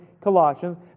Colossians